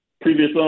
previous